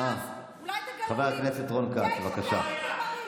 חבר הכנסת רון כץ, בקשה.